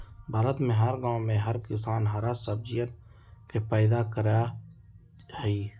भारत में हर गांव में हर किसान हरा सब्जियन के पैदा करा हई